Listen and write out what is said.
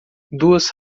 duas